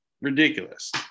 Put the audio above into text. ridiculous